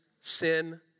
sin